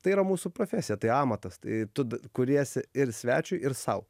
tai yra mūsų profesija tai amatas tai tu t kuriesi ir svečiui ir sau